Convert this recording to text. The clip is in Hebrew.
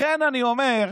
לכן אני אומר,